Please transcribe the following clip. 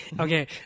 Okay